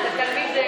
אתה יודע,